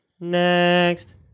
next